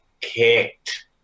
kicked